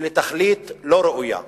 ולתכלית לא ראויה.